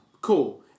Cool